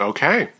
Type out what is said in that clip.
Okay